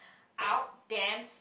out damn